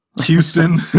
Houston